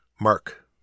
Mark